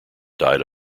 died